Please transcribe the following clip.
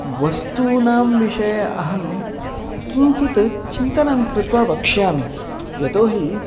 वस्तूनां विषये अहं किञ्चित् चिन्तनं कृत्वा वक्ष्यामि यतोहि